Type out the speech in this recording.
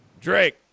Drake